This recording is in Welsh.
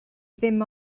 ddim